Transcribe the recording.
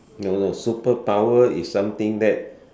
no no superpower is something that